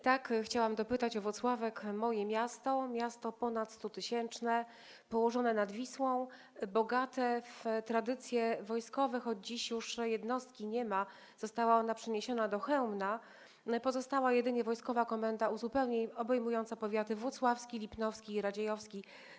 Tak, chciałam dopytać o Włocławek, moje miasto, miasto ponadstutysięczne, położone nad Wisłą, bogate w tradycje wojskowe, choć dziś już jednostki nie ma, została przeniesiona do Chełmna, a pozostała jedynie Wojskowa Komenda Uzupełnień obejmująca powiaty włocławski, lipnowski i radziejowski.